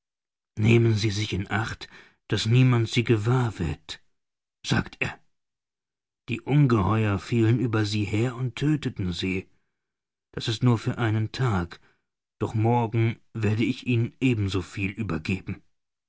nehmen sie sich in acht daß niemand sie gewahr wird sagt er die ungeheuer fielen über sie her und tödteten sie das ist nur für einen tag doch morgen werde ich ihnen ebenso viel übergeben